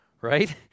right